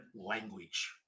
language